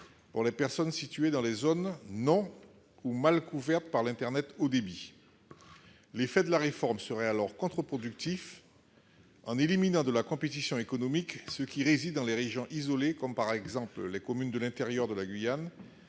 pour les personnes situées dans les zones non ou mal couvertes par l'internet haut débit. L'effet de la réforme serait alors contre-productif en éliminant de la compétition économique ceux qui résident dans les régions isolées, comme les communes de l'intérieur de la Guyane,